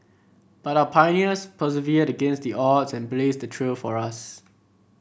but our pioneers persevered against the odds and blazed the trail for us